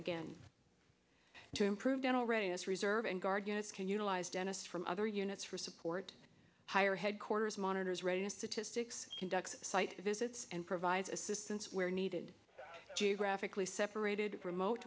again to improve dental readiness reserve and guard units can utilize dentists from other units for support higher headquarters monitors readiness statistics conduct site visits and provide distance where needed geographically separated remote